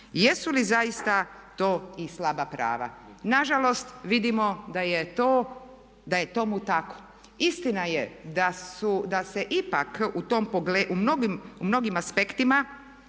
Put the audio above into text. jesu li zaista to i slaba prava? Nažalost, vidimo da je tome tako. Istina je da se ipak u mnogim aspektima